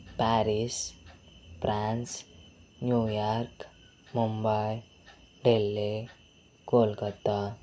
Paris France New York Mumbai Delhi Kolkata